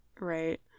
Right